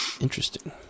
interesting